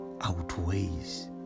outweighs